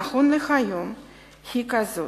נכון להיום היא כזאת,